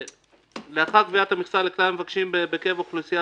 "לאחר קביעת המכסה לכלל המבקשים בקרב אוכלוסייה